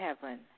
heaven